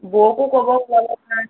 বৌকো ক'ব